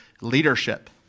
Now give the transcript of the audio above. leadership